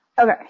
Okay